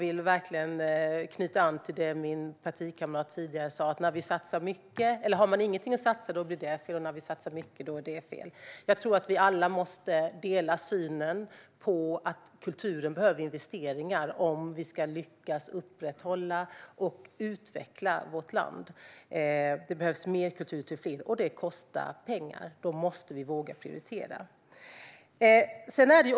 Låt mig knyta an till det min partikamrat sa tidigare: Har vi inget att satsa blir det fel; satsar vi mycket blir det fel. Jag tror att vi alla måste dela synen att kulturen behöver investeringar om vi ska lyckas upprätthålla och utveckla vårt samhälle. Det behövs mer kultur till fler, och det kostar pengar. Då måste vi våga prioritera.